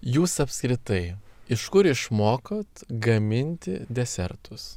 jūs apskritai iš kur išmokot gaminti desertus